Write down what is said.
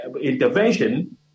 intervention